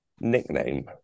Nickname